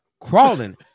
crawling